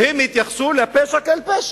והם התייחסו לפשע כאל פשע,